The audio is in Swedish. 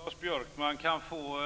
Fru talman! Det är väl tur att Lars Björkman kan få